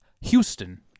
Houston